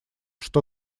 что